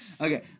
Okay